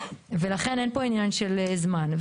ולכן אין פה עניין של זמן.